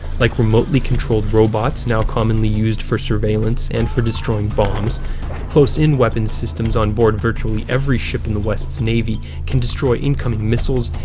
like remotely controlled robots, now commonly used for surveillance and for destroying bombs close-in weapons systems onboard virtually every ship in the west's navy can destroy incoming missiles,